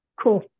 Cool